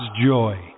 joy